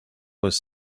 was